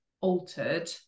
altered